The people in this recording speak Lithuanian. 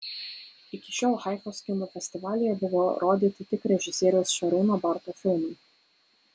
iki šiol haifos kino festivalyje buvo rodyti tik režisieriaus šarūno barto filmai